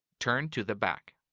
turn to the back.